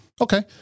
Okay